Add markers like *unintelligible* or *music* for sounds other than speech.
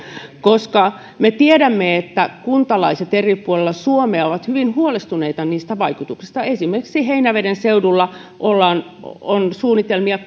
me tiedämme että kuntalaiset eri puolilla suomea ovat hyvin huolestuneita niistä vaikutuksista esimerkiksi heinäveden seudulla on suunnitelmia *unintelligible*